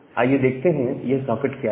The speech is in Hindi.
आइए देखते हैं कि यह सॉकेट क्या है